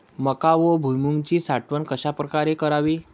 मका व भुईमूगाची साठवण कशाप्रकारे करावी?